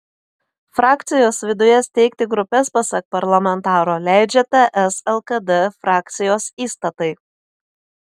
frakcijos viduje steigti grupes pasak parlamentaro leidžia ts lkd frakcijos įstatai